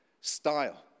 style